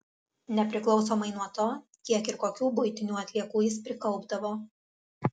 nepriklausomai nuo to kiek ir kokių buitinių atliekų jis prikaupdavo